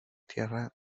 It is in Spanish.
tierra